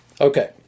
Okay